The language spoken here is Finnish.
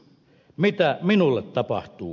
mitä minulle tapahtuu